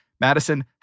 Madison